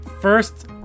first